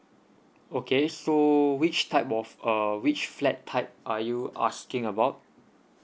okay so which type of err which flat type are you asking about